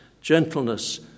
gentleness